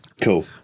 cool